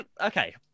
Okay